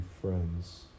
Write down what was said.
friends